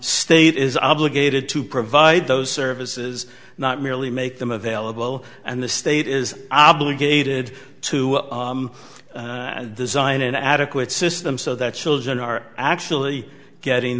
state is obligated to provide those services not merely make them available and the state is obligated to design an adequate system so that children are actually getting